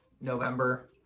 November